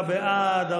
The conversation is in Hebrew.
47 בעד,